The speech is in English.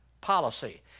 policy